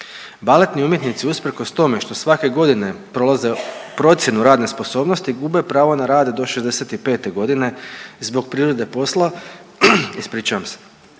Baletni umjetnici usprkos tome što svake godine prolaze procjenu radne sposobnosti gube pravo na rad do 65.g. zbog prirode posla, ispričavam se,